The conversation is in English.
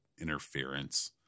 interference